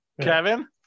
Kevin